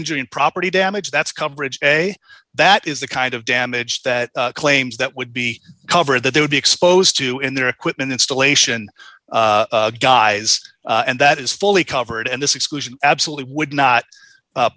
injury and property damage that's coverage that is the kind of damage that claims that would be covered that they would be exposed to in their equipment installation guys and that is fully covered and this exclusion absolutely would not